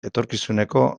etorkizuneko